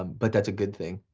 um but that's a good thing.